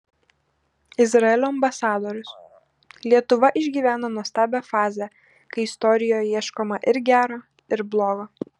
izraelio ambasadorius lietuva išgyvena nuostabią fazę kai istorijoje ieškoma ir gero ir blogo